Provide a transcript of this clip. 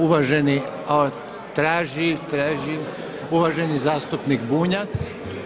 Uvaženi, a traži, traži, uvaženi zastupnik Bunjac.